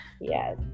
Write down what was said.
Yes